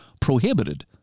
prohibited